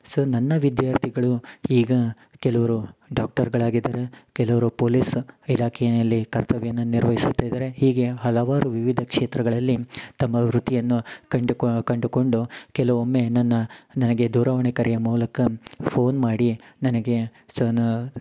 so ನನ್ನ ವಿದ್ಯಾರ್ಥಿಗಳು ಈಗ ಕೆಲುವರು ಡಾಕ್ಟರ್ಗಳು ಆಗಿದ್ದಾರೆ ಕೆಲವರು ಪೊಲೀಸ್ ಇಲಾಖೆಯಲ್ಲಿ ಕರ್ತವ್ಯನ ನಿರ್ವಹಿಸುತ್ತಿದ್ದಾರೆ ಹೀಗೆ ಹಲವಾರು ವಿವಿಧ ಕ್ಷೇತ್ರಗಳಲ್ಲಿ ತಮ್ಮ ವೃತ್ತಿಯಲ್ಲಿ ಕಂಡುಕೊ ಕಂಡುಕೊಂಡು ಕೆಲವೊಮ್ಮೆ ನನ್ನ ನನಗೆ ದೂರವಾಣಿ ಕರೆಯ ಮೂಲಕ ಫೋನ್ ಮಾಡಿ ನನಗೆ ಸನ